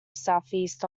southeast